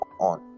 on